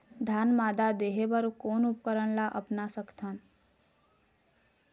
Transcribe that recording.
धान मादा देहे बर कोन उपकरण ला अपना सकथन?